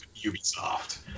Ubisoft